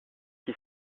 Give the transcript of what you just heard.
qui